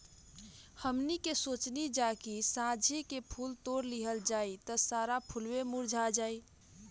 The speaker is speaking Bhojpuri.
हमनी के सोचनी जा की साझे के फूल तोड़ लिहल जाइ त सारा फुलवे मुरझा जाइ